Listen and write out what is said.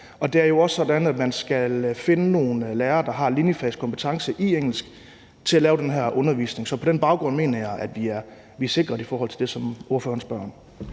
Det er jo også sådan, at man skal finde nogle lærere, der har linjefagskompetence i engelsk, til at lave den her undervisning. Så på den baggrund mener jeg at vi er sikret i forhold til det, som ordføreren